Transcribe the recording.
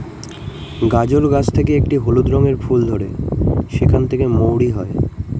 গাজর গাছ থেকে একটি হলুদ রঙের ফুল ধরে সেখান থেকে মৌরি হয়